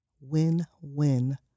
Win-win